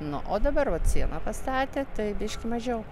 nu o dabar vat sieną pastatė tai biški mažiau